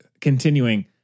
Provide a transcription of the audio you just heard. continuing